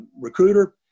recruiter